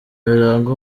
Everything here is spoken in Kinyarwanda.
biranga